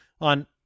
on